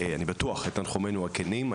בטוח, את תנחומינו הכנים.